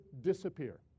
disappear